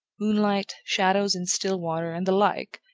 moonlight, shadows in still water, and the like,